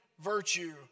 virtue